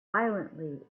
violently